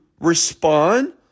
respond